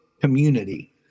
community